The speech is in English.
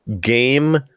game